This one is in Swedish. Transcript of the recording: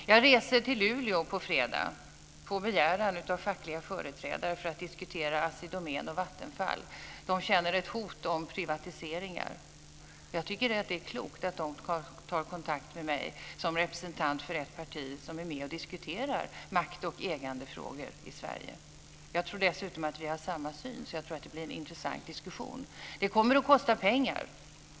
Jag reser till Luleå på fredag på begäran av fackliga företrädare för att diskutera Assi Domän och Vattenfall. De känner ett hot om privatiseringar. Jag tycker att det är klokt att de tar kontakt med mig som representant för ett parti som är med och diskuterar makt och ägandefrågor i Sverige. Jag tror dessutom att vi har samma syn, så det blir en intressant diskussion. Det kommer att kosta pengar.